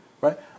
right